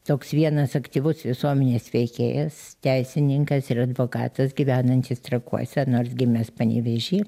toks vienas aktyvus visuomenės veikėjas teisininkas ir advokatas gyvenantis trakuose nors gimęs panevėžy